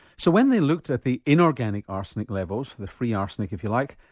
so when they looked at the inorganic arsenic levels, the free arsenic if you like,